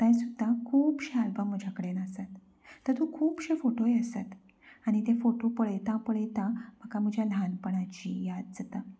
आतांय सुद्दां खुबशे आल्बम म्हजे कडेन आसा तातूं खुबशे फोटोय आसा आनी ते फोटो पळयता पळयता म्हाका म्हज्या ल्हानपणाची याद जाता